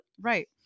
right